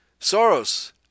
Soros